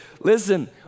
Listen